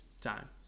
time